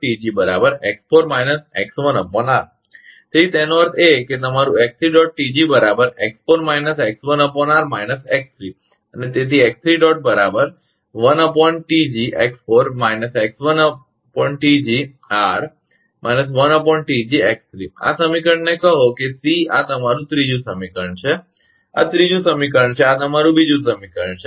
તેથી x3 ẋ3Tg તેથી તેનો અર્થ એ કે તમારું ẋ3Tg અને તેથી ẋ3 આ સમીકરણને કહો કે સી આ તમારું ત્રીજું સમીકરણ છે આ ત્રીજું સમીકરણ છે અને આ તમારું બીજું સમીકરણ છે